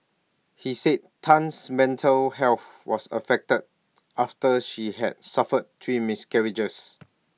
he said Tan's mental health was affected after she had suffered three miscarriages